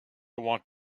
want